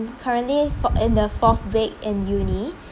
currently four in the fourth week in uni